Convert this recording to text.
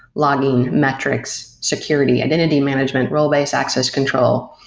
logging, metrics, security, identity management, role based access control.